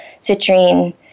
citrine